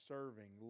Serving